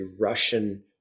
Russian